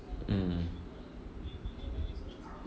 mm